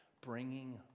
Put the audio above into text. bringing